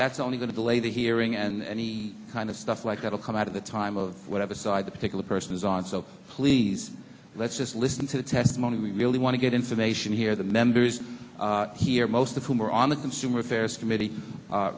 that's only going to delay the hearing and any kind of stuff like that will come out of the time of whatever side the particular person is on so please let's just listen to the testimony we really want to get information here the members here most of whom are on the consumer affairs committe